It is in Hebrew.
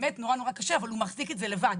שבאמת נורא נורא קשה אבל הוא מחזיק את זה לבד.